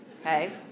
Okay